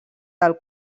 del